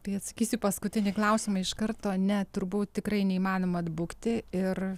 tai atsakysiu į paskutinį klausimą iš karto ne turbūt tikrai neįmanoma atbukti ir